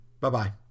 Bye-bye